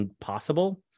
possible